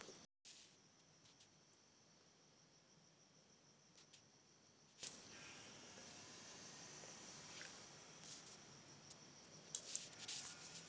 हाल्म topper आलू या चुकुंदर के फसल तैयार करै खातिर डंठल काटे बला मशीन होइ छै